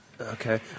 Okay